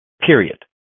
period